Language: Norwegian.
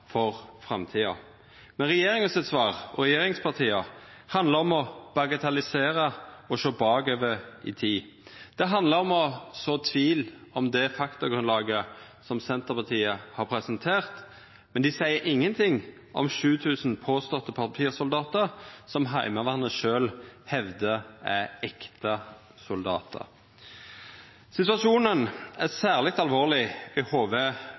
for framtida. Regjeringa og regjeringspartia sitt svar handlar om å bagatellisera og å sjå bakover i tid. Det handlar om å så tvil om det faktagrunnlaget som Senterpartiet har presentert, men dei seier ingen ting om 7 000 påståtte papirsoldatar som Heimevernet sjølv hevdar er ekte soldatar. Situasjonen er særleg alvorleg i